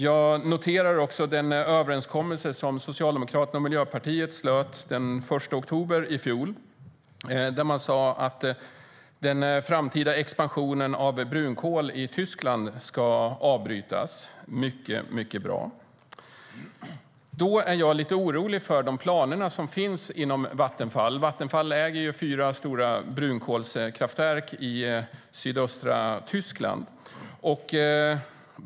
Jag noterar också den överenskommelse som Socialdemokraterna och Miljöpartiet slöt den 1 oktober i fjol, där man sa att den framtida expansionen av brunkol i Tyskland ska avbrytas. Det är mycket bra. Då är jag lite orolig för de planer som finns inom Vattenfall. Vattenfall äger ju fyra stora brunkolskraftverk i sydöstra Tyskland.